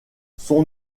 son